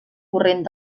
corrent